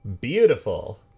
Beautiful